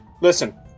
Listen